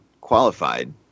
qualified